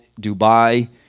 Dubai